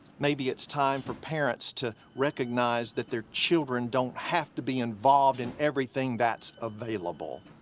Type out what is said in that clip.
maybe it's time for parents to recognize that their children don't have to be involved in everything that's available.